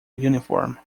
uniform